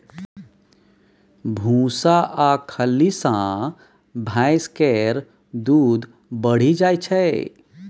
भुस्सा आ खल्ली सँ भैंस केर दूध बढ़ि जाइ छै